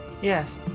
Yes